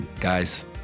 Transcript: guys